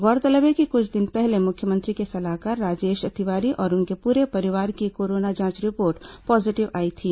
गौरतलब है कि कुछ दिन पहले मुख्यमंत्री के सलाहकार राजेश तिवारी और उनके पूरे परिवार की कोरोना जांच रिपोर्ट पॉजीटिव आई थी